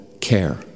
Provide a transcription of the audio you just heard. care